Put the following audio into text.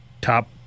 top